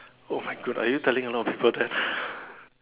oh my God are you telling a lot of people that